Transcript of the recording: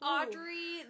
Audrey